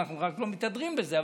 אנחנו רק לא מתהדרים בזה,